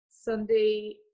Sunday